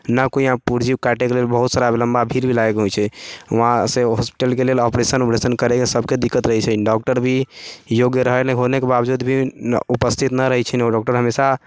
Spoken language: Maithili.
ना कोइ यहाँ पूर्जी काटे के लेल बहुत सारा लम्बा भीड़ भी लागि जाइ छै वहाँ से हॉस्पिटलके लेल ऑपरेशन उपरेशन करय के सबके दिक्कत रहै छै डॉक्टर भी योग्य रहै होने के बाबजूद भी उपस्थित ना रहै छै डॉक्टर हमेशा